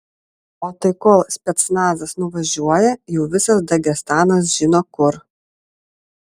o tai kol specnazas nuvažiuoja jau visas dagestanas žino kur